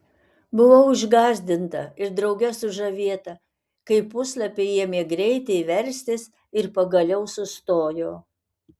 buvau išgąsdinta ir drauge sužavėta kai puslapiai ėmė greitai verstis ir pagaliau sustojo